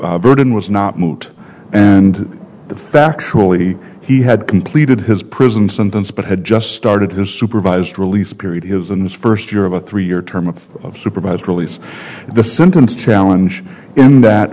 the burden was not moot and the factually he had completed his prison sentence but had just started his supervised release period his in his first year of a three year term of of supervised release the sentence challenge in that